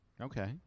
Okay